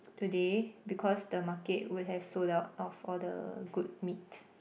today because the market would have sold out of all the good meat